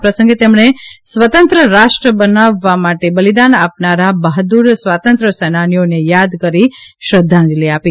આ પ્રસંગે તેમણે સ્વતંત્ર રાષ્ટ્ર બનાવવા માટે બલિદાન આપનારા બહાદુર સ્વાતંત્ર્ય સેનાનીઓને યાદ કરી શ્રદ્ધાંજલિ આપી